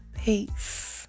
Peace